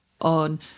on